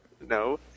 No